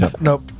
Nope